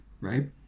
right